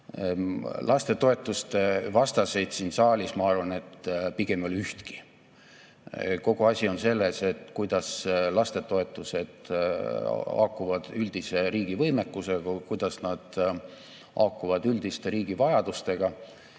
Lastetoetuste vastaseid siin saalis, ma arvan, et pigem ei ole ühtegi. Kogu asi on selles, kuidas lastetoetused haakuvad üldise riigi võimekusega, kuidas nad haakuvad üldiste riigi vajadustega.